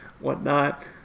whatnot